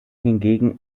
hingegen